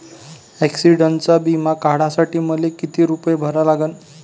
ॲक्सिडंटचा बिमा काढा साठी मले किती रूपे भरा लागन?